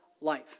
life